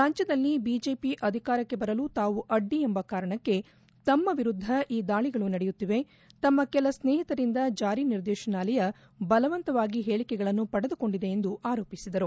ರಾಜ್ಯದಲ್ಲಿ ಬಿಜೆಪಿ ಅಧಿಕಾರಕ್ಕೆ ಬರಲು ತಾವು ಅಡ್ಡಿ ಎಂಬ ಕಾರಣಕ್ಕೆ ತಮ್ಮ ವಿರುದ್ದ ಈ ದಾಳಗಳು ನಡೆಯುತ್ತಿವೆ ತಮ್ಮ ಕೆಲ ಸ್ನೇಹಿತರಿಂದ ಜಾರಿ ನಿರ್ದೇತನಾಲಯ ಬಲವಂತವಾಗಿ ಹೇಳಿಕೆಗಳನ್ನು ಪಡೆದುಕೊಂಡಿದೆ ಎಂದು ಆರೋಪಿಸಿದರು